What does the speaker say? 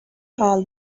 all